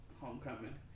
Homecoming